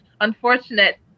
unfortunate